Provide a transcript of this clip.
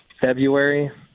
February